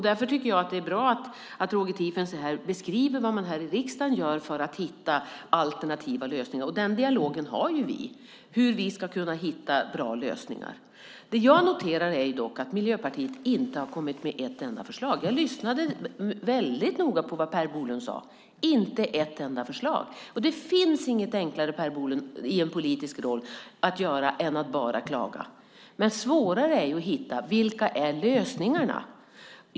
Därför tycker jag att det är bra att Roger Tiefensee beskriver vad man gör här i riksdagen för att hitta alternativa lösningar. Vi för en dialog för att kunna hitta bra lösningar. Jag noterar dock att Miljöpartiet inte har kommit med ett enda förslag. Jag lyssnade väldigt noga på vad Per Bolund sade, men det kom inte ett enda förslag. Det finns inget enklare att göra i en politisk roll än att bara klaga, Per Bolund. Det är svårare att hitta lösningarna.